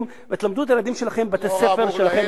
ותלמדו את הילדים שלכם בבתי-הספר שלכם,